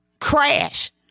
crash